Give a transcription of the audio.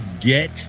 get